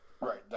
Right